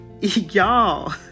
Y'all